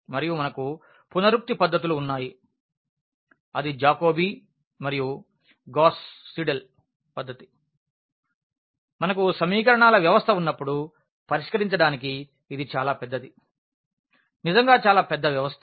మరియు మనకు పునరుక్తి పద్ధతులు ఉన్నాయి అది జాకోబీ మరియు గాస్ సీడెల్ పద్ధతి మనకు సమీకరణాల వ్యవస్థ ఉన్నప్పుడు పరిష్కరించడానికి ఇది చాలా పెద్దది నిజంగా చాలా పెద్ద వ్యవస్థ